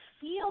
feel